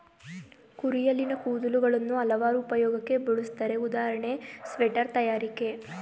ಕುರಿಯಲ್ಲಿನ ಕೂದಲುಗಳನ್ನು ಹಲವಾರು ಉಪಯೋಗಕ್ಕೆ ಬಳುಸ್ತರೆ ಉದಾಹರಣೆ ಸ್ವೆಟರ್ ತಯಾರಿಕೆ